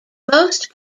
most